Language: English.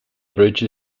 bridge